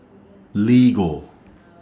Lego